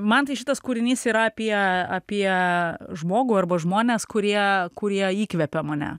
man tai šitas kūrinys yra apie apie žmogų arba žmones kurie kurie įkvepia mane